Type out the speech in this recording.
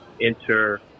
enter